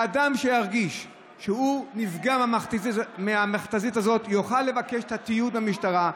אדם שירגיש שהוא נפגע מהמכת"זית הזאת יוכל לבקש את התיעוד של המשטרה.